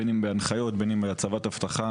בין אם בהנחיות ובין אם בהצבת אבטחה.